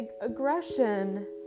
aggression